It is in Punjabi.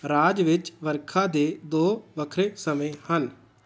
ਰਾਜ ਵਿੱਚ ਵਰਖਾ ਦੇ ਦੋ ਵੱਖਰੇ ਸਮੇਂ ਹਨ